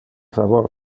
favor